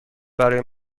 برای